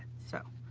so,